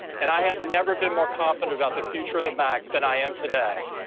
and i have never been more confident about the future of the mac than i am today.